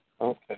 Okay